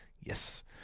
yes